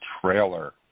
trailer